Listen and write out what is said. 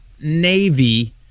Navy